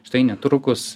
štai netrukus